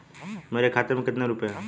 मेरे खाते में कितने रुपये हैं?